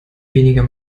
weniger